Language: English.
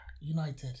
United